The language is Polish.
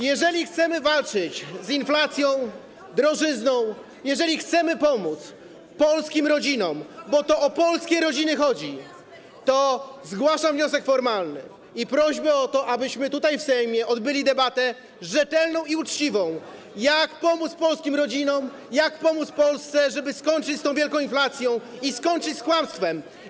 Jeżeli chcemy walczyć z inflacją, drożyzną, jeżeli chcemy pomóc polskim rodzinom, bo to o polskie rodziny chodzi, to zgłaszam wniosek formalny i prośbę o to, abyśmy tutaj, w Sejmie, odbyli debatę, rzetelną i uczciwą, jak pomóc polskim rodzinom, jak pomóc Polsce, żeby skończyć z tą wielką inflacją i skończyć z kłamstwem.